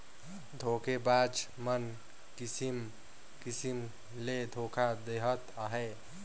धोखेबाज मन किसिम किसिम ले धोखा देहत अहें